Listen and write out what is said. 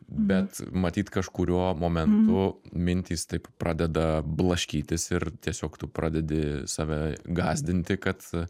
bet matyt kažkuriuo momentu mintys taip pradeda blaškytis ir tiesiog tu pradedi save gąsdinti kad